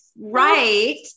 Right